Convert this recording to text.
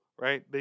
right